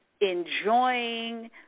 enjoying